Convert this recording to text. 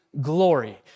glory